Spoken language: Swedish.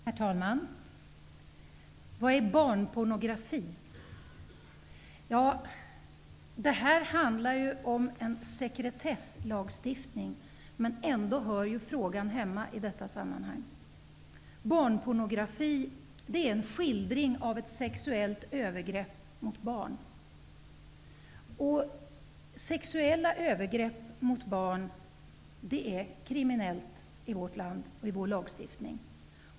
Herr talman! Vad är barnpornografi? Det här handlar om en sekretesslagstiftning, men ändå hör frågan hemma i detta sammanhang. Barnpornografi är en skildring av ett sexuellt övergrepp mot barn. Sexuella övergrepp mot barn är kriminellt i vårt land och i vår lagstiftning.